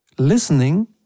Listening